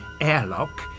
airlock